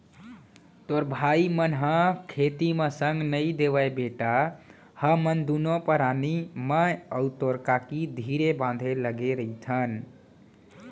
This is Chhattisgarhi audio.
तोर भाई मन ह खेती म संग नइ देवयँ बेटा हमन दुनों परानी मैं अउ तोर काकी धीरे बांधे लगे रइथन